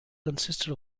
consisted